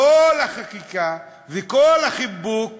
כל החקיקה וכל החיבוק